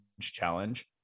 challenge